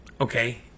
okay